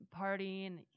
partying